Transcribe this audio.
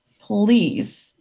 please